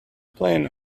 plan